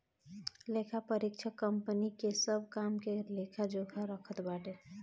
लेखापरीक्षक कंपनी के सब काम के लेखा जोखा रखत बाटे